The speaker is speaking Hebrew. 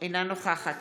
אינה נוכחת